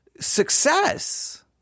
success